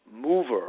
mover